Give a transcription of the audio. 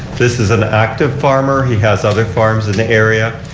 this is an active farmer. he has other farms in the area.